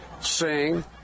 sing